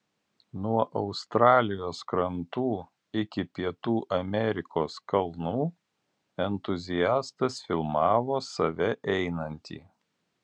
nuo australijos krantų iki pietų amerikos kalnų entuziastas filmavo save einantį